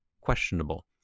questionable